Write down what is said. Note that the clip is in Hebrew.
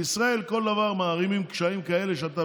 בישראל בכל דבר מערימים קשיים כאלה שאתה,